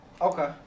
Okay